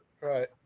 right